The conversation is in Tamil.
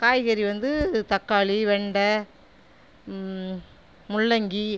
காய்கறி வந்து தக்காளி வெண்டை முள்ளங்கி